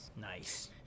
Nice